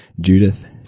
Judith